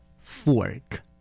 fork